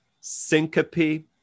syncope